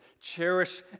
cherish